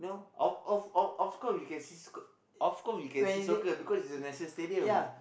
of of of of course you can see sk~ of course you can see so clear because it is the National-Stadium